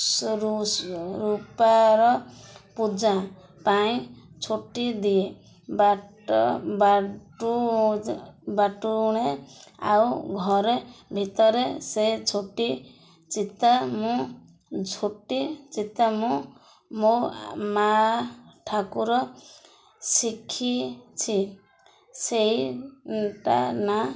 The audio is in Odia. ରୂ ରୂପାର ପୂଜା ପାଇଁ ଛୋଟି ଦିଏ ବାଟ ବାଟୁ ବାଟୁ ଉଣେ ଆଉ ଘରେ ଭିତରେ ସେ ଛୋଟି ଚିତା ମୁଁ ଝୋଟି ଚିତା ମୁଁ ମୋ ମା ଠାକୁର ଶିଖିଛି ସେଇଟା ନାଁ